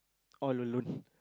all alone